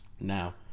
Now